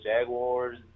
Jaguars